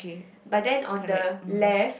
but then on the left